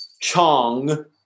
Chong